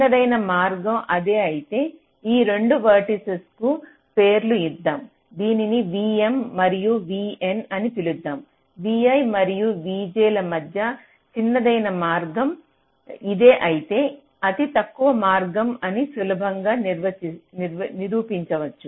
చిన్నదైన మార్గం ఇదే అయితే ఈ రెండు వెర్టిసిస్ కు పేర్లు ఇద్దాం దీనిని vm మరియు vn అని పిలుద్దాం vi మరియు vj ల మధ్య చిన్నదైన మార్గం ఇదే అయితే అతి తక్కువ మార్గం అని సులభంగా నిరూపించవచ్చు